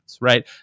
right